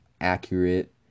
accurate